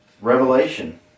Revelation